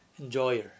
enjoyer